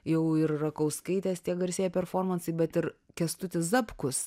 jau ir rakauskaitės tie garsieji performansai bet ir kęstutis zapkus